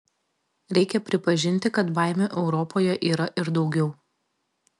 reikia pripažinti kad baimių europoje yra ir daugiau